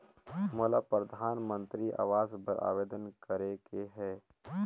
मोला परधानमंतरी आवास बर आवेदन करे के हा?